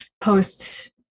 post